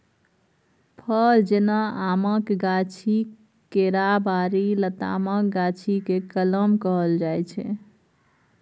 फर जेना आमक गाछी, केराबारी, लतामक गाछी केँ कलम कहल जाइ छै